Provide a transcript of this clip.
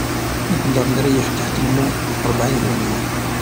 نقدر نريح تحت الماء ربعين ثانية.